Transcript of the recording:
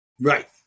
Right